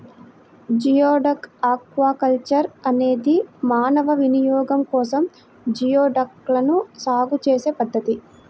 geoduck aquaculture అనేది మానవ వినియోగం కోసం జియోడక్లను సాగు చేసే పద్ధతి